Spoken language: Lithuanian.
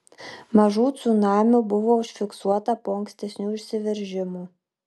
mažų cunamių buvo užfiksuota po ankstesnių išsiveržimų